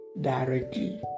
directly